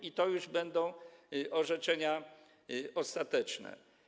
I to już będą orzeczenia ostateczne.